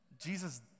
Jesus